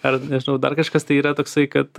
ar nežinau dar kažkas tai yra toksai kad